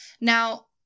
Now